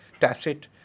tacit